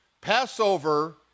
Passover